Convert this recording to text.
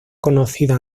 conocida